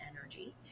energy